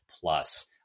Plus